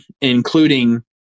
including